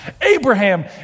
Abraham